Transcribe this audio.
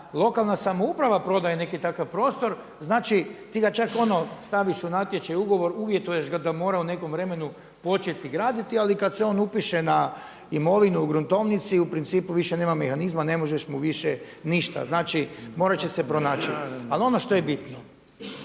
lokalna samouprava prodaje neki takav prostor znači ti ga čak ono staviš u natječaj, u ugovor, uvjetuješ ga da mora u nekom vremenu početi graditi ali kad se on upiše na imovinu u gruntovnici u principu više nema mehanizma, ne možeš mu više ništa. Znači morat će se pronaći. Ali ono što je bitno,